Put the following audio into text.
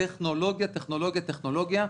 טכנולוגיה-טכנולוגיה-טכנולוגיה.